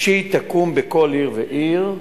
שהיא תקום בכל עיר ועיר,